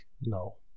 no